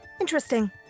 Interesting